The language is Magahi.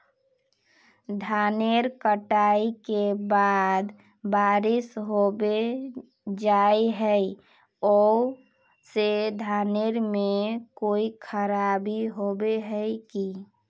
धानेर कटाई के बाद बारिश होबे जाए है ओ से धानेर में कोई खराबी होबे है की?